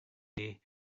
day